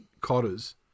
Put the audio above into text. Cotters